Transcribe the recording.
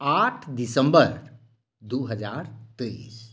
आठ दिसम्बर दू हजार तेइस